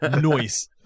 noise